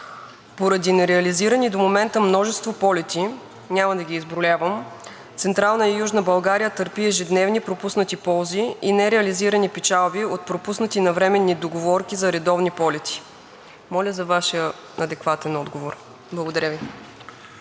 Поради нереализирани до момента множество полети – няма да ги изброявам, Централна и Южна България търпи ежедневни пропуснати ползи и нереализирани печалби от пропуснати навременни договорки за редовни полети. Моля за Вашия адекватен отговор. Благодаря Ви.